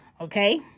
okay